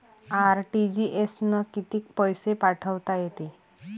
RTGS न कितीक पैसे पाठवता येते?